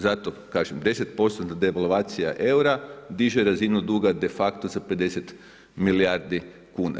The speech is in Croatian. Zato kažem, 10% devalvacija eura diže razinu duga de facto za 50 milijardi kuna.